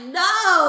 no